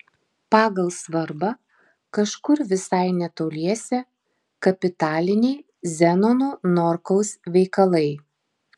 pagal svarbą kažkur visai netoliese kapitaliniai zenono norkaus veikalai